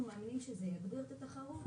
אנחנו מאמינים שזה יגביר את התחרות,